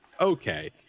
Okay